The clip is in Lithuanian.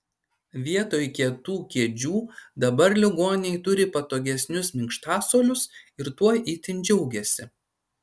vietoj kietų kėdžių dabar ligoniai turi patogesnius minkštasuolius ir tuo itin džiaugiasi